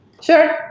Sure